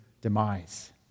demise